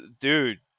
Dude